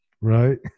Right